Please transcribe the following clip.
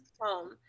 home